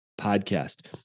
Podcast